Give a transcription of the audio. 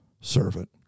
servant